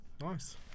Nice